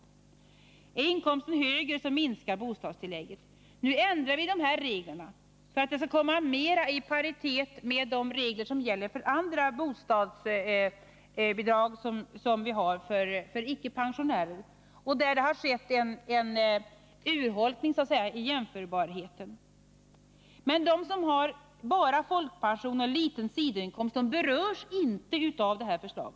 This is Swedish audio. Är inkomsten högre minskar bostadstillägget. Nu ändrar vi dessa regler, så att pensionärernas bostadstillägg kommer mera i paritet med bostadstilläggen för icke pensionärer. Det har så att säga skett en urholkning av bostadstilläggen för jämförbara grupper. Men de som har bara folkpension och liten sidoinkomst berörs inte av detta förslag.